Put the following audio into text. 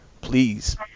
please